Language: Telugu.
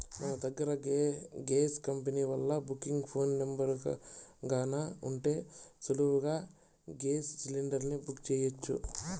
మన దగ్గర గేస్ కంపెనీ వాల్ల బుకింగ్ ఫోను నెంబరు గాన ఉంటే సులువుగా గేస్ సిలిండర్ని బుక్ సెయ్యొచ్చు